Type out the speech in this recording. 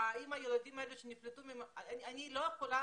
אני לא יכולה